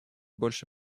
больше